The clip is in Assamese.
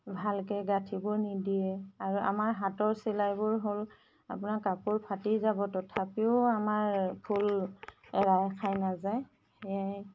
ভালকৈ গাঁঠিবোৰ নিদিয়ে আৰু আমাৰ হাতৰ চিলাইবোৰ হ'ল আপোনাৰ কাপোৰ ফাটি যাব তথাপিও আমাৰ ফুল এৰাই খাই নাযায় সেয়াই